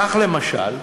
כך, למשל,